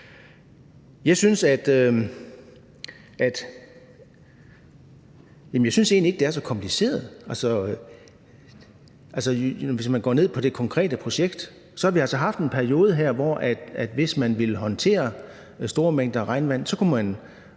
Jeg synes egentlig ikke, det er så kompliceret. Hvis man går ned på det konkrete projekt, ser man, at vi altså har haft en periode, hvor man, hvis man ville håndtere store mængder regnvand, kunne